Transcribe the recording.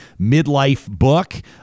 MidlifeBook